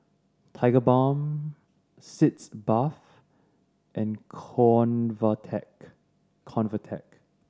Tigerbalm Sitz Bath and Convatec Convatec